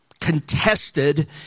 contested